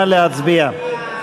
נא להצביע.